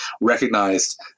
recognized